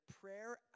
prayer